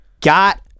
got